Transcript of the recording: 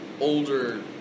older